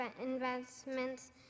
investments